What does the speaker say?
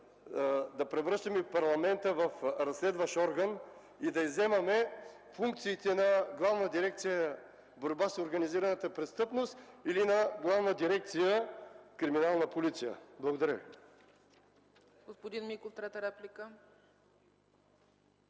да превръщаме парламента в разследващ орган и да изземваме функциите на Главна дирекция „Борба с организираната престъпност” или на Главна дирекция „Криминална полиция”. Благодаря Ви. ПРЕДСЕДАТЕЛ ЦЕЦКА